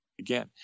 Again